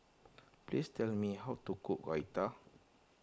please tell me how to cook Raita